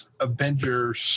avengers